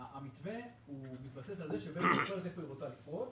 המתווה מתבסס על זה שבזק בוחרת איפה היא רוצה לפרוס.